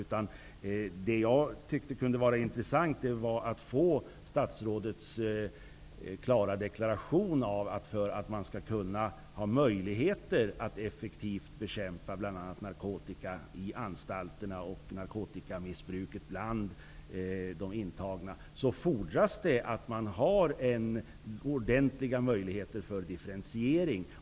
Men det vore intressant om statsrådet klart deklarerade att det för att man effektivt skall kunna bekämpa narkotikan på anstalterna och narkotikamissbruket bland de intagna fordras ordentliga möjligheter för en differentiering.